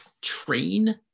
train